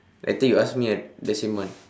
later you ask me a the same one